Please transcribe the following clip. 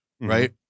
right